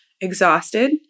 exhausted